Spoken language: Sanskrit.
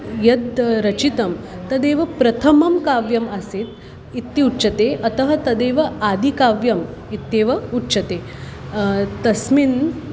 यद् रचितं तदेव प्रथमं काव्यम् आसीत् इत्युच्यते अतः तदेव आदिकाव्यम् इत्येव उच्यते तस्मिन्